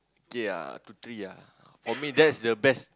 okay ah two three ah for me that's the best